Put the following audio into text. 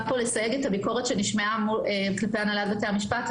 רוצה לסייג פה את הביקורת שנשמעה כלפי הנהלת בתי המשפט.